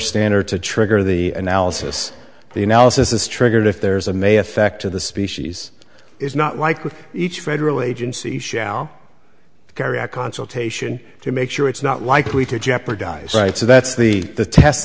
standard to trigger the analysis the analysis is triggered if there's a may affect to the species it's not like with each federal agency shall carry a consultation to make sure it's not likely to jeopardize right so that's the t